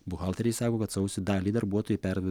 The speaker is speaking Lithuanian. buhalteriai sako kad sausį daliai darbuotojų per